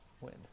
win